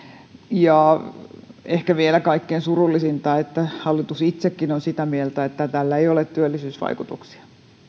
ehkä vielä kaikkein surullisinta on että hallitus itsekin on sitä mieltä että tällä ei ole työllisyysvaikutuksia